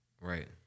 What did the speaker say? Right